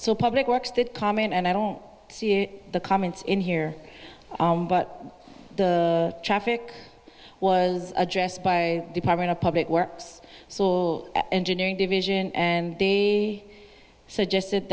so public works that comment and i don't see the comments in here but the traffic was addressed by department of public works engineering division and they suggested